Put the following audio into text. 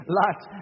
light